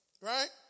right